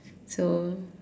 so